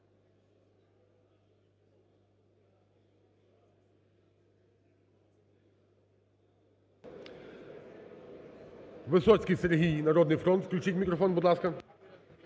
Висоцький Сергій, "Народний фронт", включіть мікрофон, будь ласка.